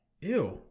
Ew